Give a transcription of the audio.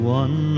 one